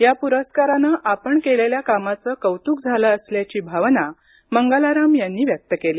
या पुरस्काराने आपण केलेल्या कामाचं कौतुक झालं असल्याची भावना मंगलाराम यांनी व्यक्त केली